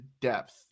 depth